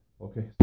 Okay